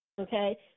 okay